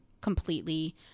completely